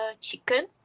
chicken